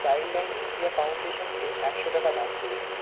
Childline India ফাউন্ডেশনকে একশো টাকা দান করুন